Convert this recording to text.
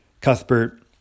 Cuthbert